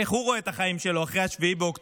איך הוא רואה את החיים שלו אחרי 7 באוקטובר,